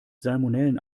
salmonellen